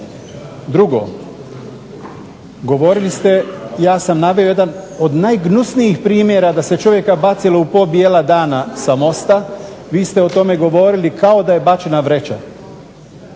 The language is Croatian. Drugo, ja sam naveo jedan od najgnusnijih primjera da se čovjeka bacilo u pol bijela dana sa mosta, vi ste o tome govorili kako da je bačena vreća